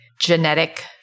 genetic